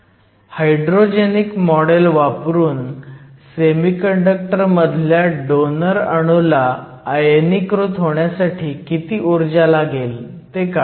प्रश्न 3 hydrogenic model वापरून semiconductor मधल्या डोनर अणू ला आयनीकृत करण्यासाठी किती ऊर्जा लागेल ते काढा